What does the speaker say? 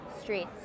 streets